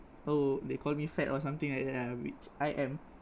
oh they call me fat or something like that lah which I am